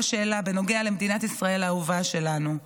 שאלה בנוגע למדינת ישראל האהובה שלנו.